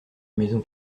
maison